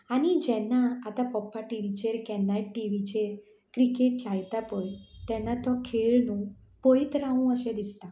आनी जेन्ना आतां पप्पा टिवीचेर केन्नाय केन्नाय टिवीचेर क्रिकेट लायता पय तेन्ना तो खेळ न्हू पयत रावूं अशें दिसता